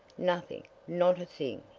nothing not a thing!